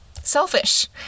Selfish